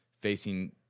facing –